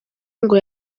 ngo